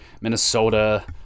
Minnesota